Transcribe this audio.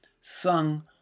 sung